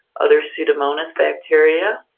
other pseudomonas bacteria.